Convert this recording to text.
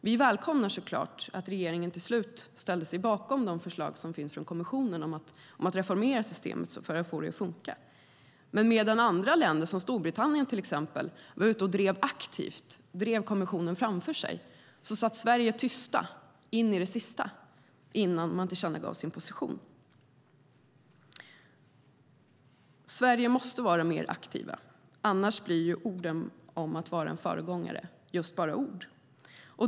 Vi välkomnar såklart att regeringen till slut ställde sig bakom de förslag som finns från kommissionen om att reformera systemet för att få det att funka, men medan andra länder, som till exempel Storbritannien, var ute och aktivt drev kommissionen framför sig satt Sverige tyst in i det sista innan man tillkännagav sin position. Sverige måste vara mer aktivt, annars blir orden om att vara föregångare bara just ord.